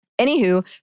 Anywho